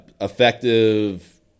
effective